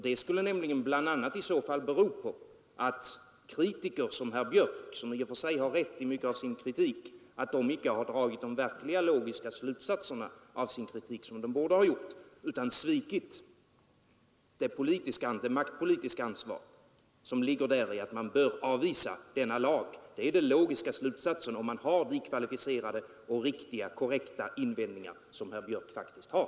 Det skulle i så fall bl.a. bero på att kritiker — såsom herr Björk, som i och för sig har rätt i mycket av sin kritik — inte har dragit de verkligt logiska slutsatser som man borde ha dragit av sin kritik. De har svikit det politiska ansvar som ligger däri att man bör avvisa denna lag. Det är nämligen den logiska slutsatsen om man har de kvalitativa och korrekta invändningar som herr Björk faktiskt har.